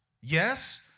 Yes